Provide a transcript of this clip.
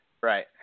Right